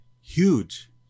Huge